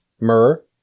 myrrh